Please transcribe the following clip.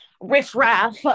riffraff